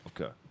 Okay